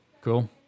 Cool